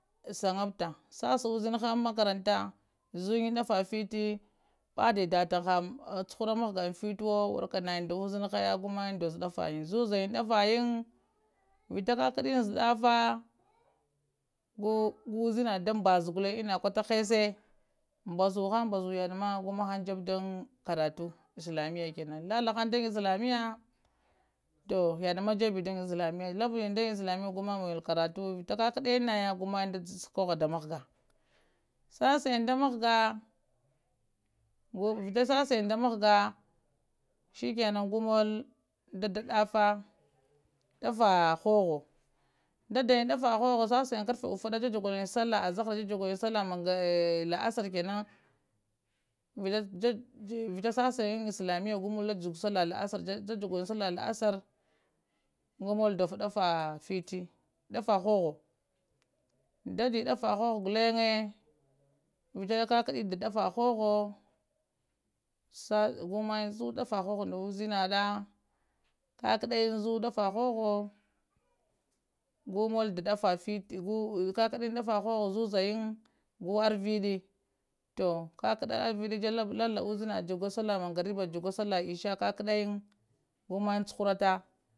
Shangapta shasa uziniha an ma makarantaha zuyana daffa fittihi bade ha dattana chuhura mahgawo warrka nangyi nda uzinihaya gumayo ng dozowo daffanyi, zozayang daffayang vita kaka dayang za daffa gu uzinada da mbaza enna kotta hessehe mbazuhan mbazu yaddama guhang jeɓɓe dan karatu islamiya kenan lalahang dan islamiya toh yadma jeɓɓi dan islamiya lablanyana dan islamiya gummayan mamadanyan karatun vita ka kadayan naya gumayang ba sukaha da mahga, shasayang da mahga vita shasayang da mahga shikenan gumolo da da daffa daffa hohowo dadal daffa hohowo sha sayan karefe ufuda salah la'asar ja juguyan salah la'asar kenan vitan shasayang an islamiya gumayang da jug sallah la'asar janwarnga sallah la'asar gumul dofowo fittihi, daffa hohowo dadi daffa hohowo gulleng vita kakaɗi da daffa hohowo gul mayang zuwo daffa nda uzinada karadayan zowo daffa hohowo gumol da daffa fittihi gumol kakaɗayan daffa hohowo zuzayang gu arviɗa. To kakada arvidi lala uzinada juguwa sallah mangariba sallah isha kakadayang gumayan churatta